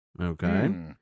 Okay